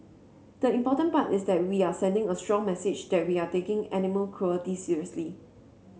the important part is that we are sending a strong message that we are taking animal cruelty seriously